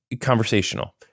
conversational